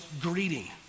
greeting